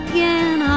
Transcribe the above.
Again